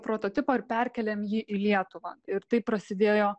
prototipą ir perkeliam jį į lietuvą ir taip prasidėjo